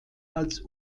als